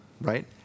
right